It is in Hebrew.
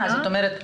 זאת אומרת,